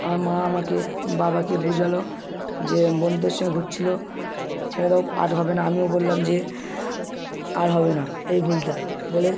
আমার মা আমাকে বাবাকে বোঝালো যে বন্ধুদের সঙ্গে ঘুরছিল ছেড়ে দাও আর হবে না আমিও বললাম যে আর হবে না এই ভুলটা বলে